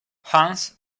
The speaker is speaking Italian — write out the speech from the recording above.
hans